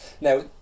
now